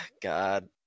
God